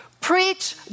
Preach